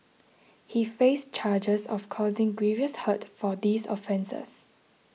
he faced charges of causing grievous hurt for these offences